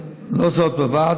לא זו בלבד,